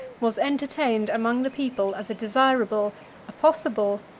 was entertained among the people as a desirable, a possible,